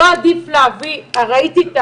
לא עדיף להביא, ראיתי את